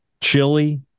chili